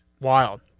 Wild